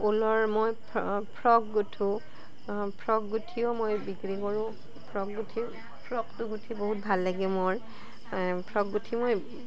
ঊলৰ মই ফ্ৰক গোঁঠোঁ ফ্ৰক গুঠিও মই বিক্ৰী কৰোঁ ফ্ৰক গুঠি ফ্ৰকটো গুঠি বহুত ভাল লাগে মোৰ ফ্ৰক গুঠি মই